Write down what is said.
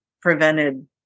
prevented